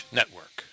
Network